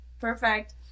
perfect